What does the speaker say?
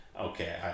Okay